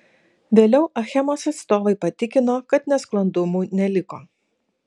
vėliau achemos atstovai patikino kad nesklandumų neliko